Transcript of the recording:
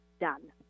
done